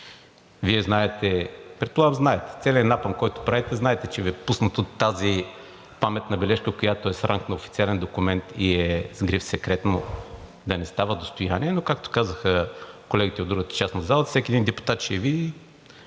Вие знаете, предполагам знаете, че целият напън, който правите, знаете, че Ви е пуснато и тази паметна бележка, която е с ранг на официален документ и е с гриф „Секретно“, да не става достояние. Но както казаха колегите от другата част на залата, всеки един депутат ще я види,